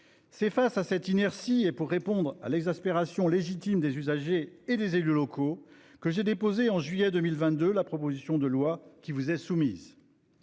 2022. Face à cette inertie et à l'exaspération légitime des usagers et des élus locaux, j'ai déposé en juillet 2022 la proposition de loi qui vous est soumise